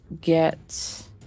get